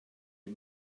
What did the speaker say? you